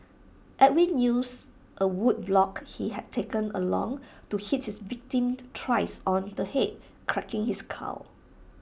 Edwin used A wood block he had taken along to hit his victim thrice on the Head cracking his skull